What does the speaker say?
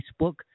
Facebook